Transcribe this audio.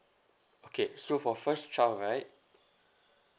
okay so for first child right